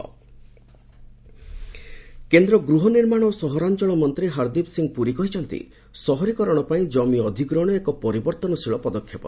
ପୁରୀ କେନ୍ଦ୍ର ଗୃହ ନିର୍ମାଣ ଓ ସହରାଞଳ ମନ୍ତ୍ରୀ ହରଦୀପ ସିଂହ ପୁରୀ କହିଛନ୍ତି ସହରୀକରଣ ପାଇଁ ଜମି ଅଧିଗ୍ରହଣ ଏକ ପରିବର୍ତ୍ତନଶୀଳ ପଦକ୍ଷେପ